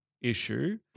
issue